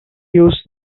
use